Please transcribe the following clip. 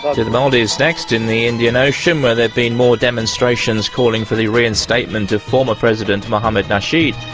to the maldives next, in the indian ocean, where there've been more demonstrations calling for the reinstatement of former president, mohamed nasheed.